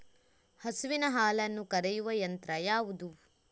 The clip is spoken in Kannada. ಹಸುವಿನ ಹಾಲನ್ನು ಕರೆಯುವ ಯಂತ್ರ ಯಾವುದು?